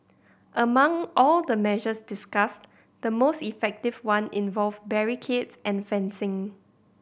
among all the measures discussed the most effective one involved barricades and fencing